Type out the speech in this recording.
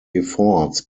efforts